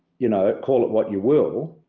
you know, call it what you will.